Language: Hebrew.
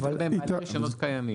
שיש בהם רישיונות קיימים.